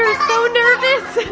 so nervous!